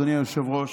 אדוני היושב-ראש.